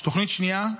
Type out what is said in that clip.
יש תוכנית שנייה,